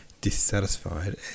dissatisfied